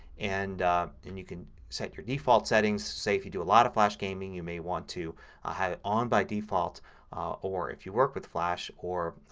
and and you can set your default settings. say if you do a lot of flash gaming you may want to have it on by default or if you work with flash or